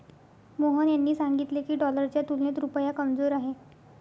मोहन यांनी सांगितले की, डॉलरच्या तुलनेत रुपया कमजोर आहे